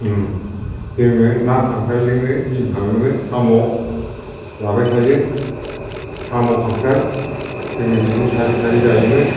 जोङो ना खांख्रायजोंनो दिन थाङोमोन साम' जाबाय थायो साम' खांख्राय जों बिदिनो सारै सारै जायोमोन